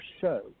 show